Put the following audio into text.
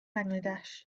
bangladesh